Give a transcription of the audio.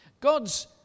God's